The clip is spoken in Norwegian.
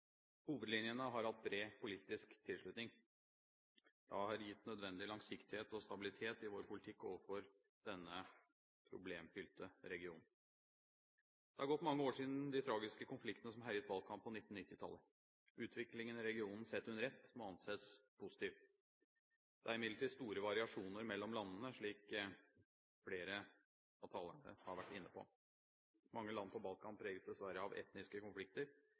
Hovedlinjene har hatt bred politisk tilslutning. Det har gitt nødvendig langsiktighet og stabilitet i vår politikk overfor denne problemfylte regionen. Det er gått mange år siden de tragiske konfliktene som herjet Balkan på 1990-tallet. Utviklingen i regionen sett under ett må anses som positiv. Det er imidlertid store variasjoner mellom landene, slik flere av talerne har vært inne på. Mange land på Balkan preges dessverre av etniske konflikter